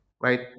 right